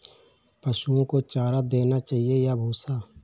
पशुओं को चारा देना चाहिए या भूसा?